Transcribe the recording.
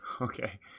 Okay